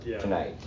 tonight